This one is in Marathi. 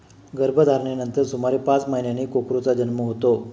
गर्भधारणेनंतर सुमारे पाच महिन्यांनी कोकरूचा जन्म होतो